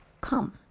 come